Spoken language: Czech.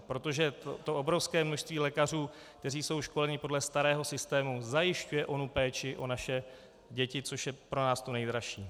Protože to obrovské množství lékařů, kteří jsou školeni podle starého systému, zajišťuje onu péči o naše děti, což je pro nás to nejdražší.